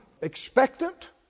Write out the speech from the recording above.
expectant